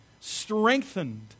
strengthened